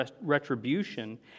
retribution